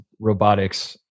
robotics